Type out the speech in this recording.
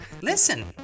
Listen